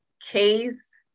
Case